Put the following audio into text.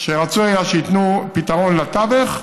שרצוי היה שייתנו פתרון לתווך,